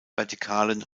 vertikalen